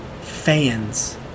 fans